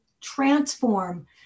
transform